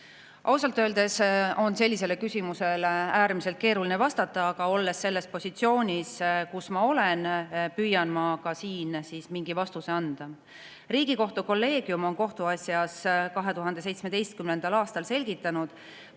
Ausalt öeldes on sellisele küsimusele äärmiselt keeruline vastata, aga olles selles positsioonis, kus ma olen, püüan ma ka siin mingi vastuse anda. Riigikohtu kolleegium on 2017. aasta kohtuasjas selgitanud: